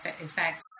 effects